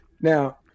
now